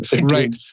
Right